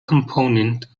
component